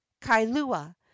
Kailua